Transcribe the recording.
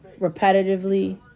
repetitively